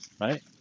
right